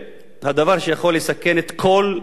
דבר שיכול לסכן את כל האזור,